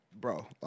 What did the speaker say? Bro